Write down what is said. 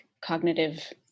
cognitive